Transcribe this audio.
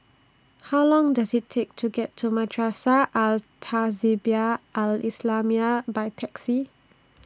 How Long Does IT Take to get to Madrasah Al Tahzibiah Al Islamiah By Taxi